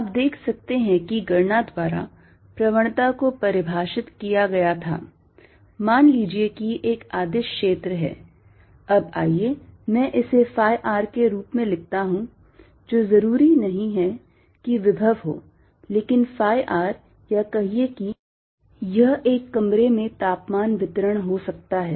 आप देख सकते हैं कि गणना द्वारा प्रवणता को परिभाषित किया गया था मान लीजिए कि एक अदिश क्षेत्र है अब आइए मैं इसे phi r के रूप में लिखता हूं जो जरूरी नहीं है कि विभव हो लेकिन phi r या कहिए कि यह एक कमरे में तापमान वितरण हो सकता है